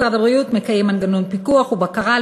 משרד הבריאות מקיים מנגנון פיקוח ובקרה על